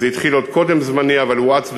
זה התחיל עוד קודם זמני אבל הואץ בזמני,